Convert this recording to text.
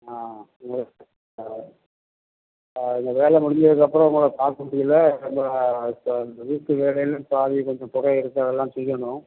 ஆ okay sir அதில் வேலை முடிஞ்சதுக்கப்புறம் உங்களை பார்க்க முடியல கொஞ்சம் நம்ம அந்த வீட்டு வேலையில் பாதி கொஞ்சம் குறை இருக்குது அதெல்லாம் செய்யணும்